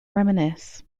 reminisce